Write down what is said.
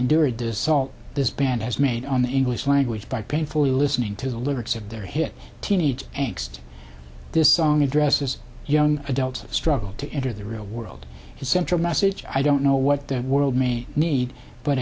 endured this salt this band has made on the english language by painfully listening to the lyrics of their hit teenage angsty this song addresses young adults struggle to enter the real world is central message i don't know what the world may need but